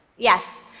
yes!